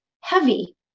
heavy